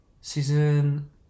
Season